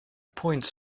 points